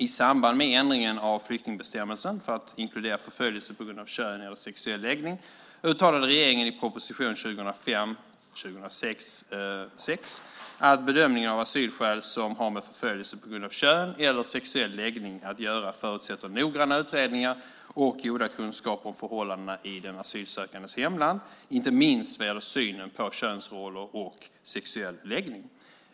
I samband med ändringen av flyktingbestämmelsen, för att inkludera förföljelse på grund av kön eller sexuell läggning, uttalade regeringen i proposition 2005/06:6 att bedömningen av asylskäl som har med förföljelse på grund av kön eller sexuell läggning att göra förutsätter noggranna utredningar och goda kunskaper om förhållandena i den asylsökandes hemland, inte minst vad gäller synen på könsroller och sexuell läggning.